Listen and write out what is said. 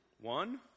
One